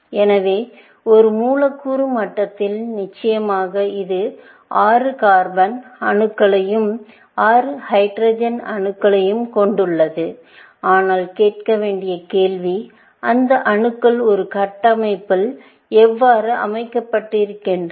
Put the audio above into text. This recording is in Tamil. எனவே ஒரு மூலக்கூறு மட்டத்தில் நிச்சயமாக இது 6 கார்பன் அணுக்களையும் 6 ஹைட்ரஜன் அணுக்களையும் கொண்டுள்ளது ஆனால் கேட்க வேண்டிய கேள்வி இந்த அணுக்கள் ஒரு கட்டமைப்பில் எவ்வாறு அமைக்கப்பட்டிருக்கின்றன